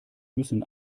müssen